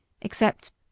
except